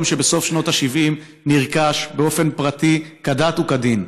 שבסוף שנות ה-70 נרכש באופן פרטי כדת וכדין.